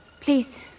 Please